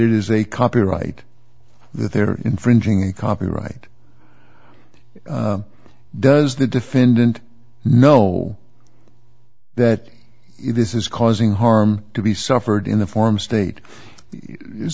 it is a copyright that there infringing copyright does the defendant know that it is causing harm to be suffered in the form state is